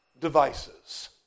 devices